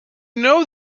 know